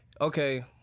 okay